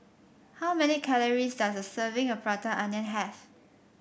how many calories does a serving of Prata Onion have